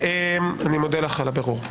על הבירור.